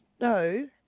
No